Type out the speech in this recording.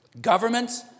Governments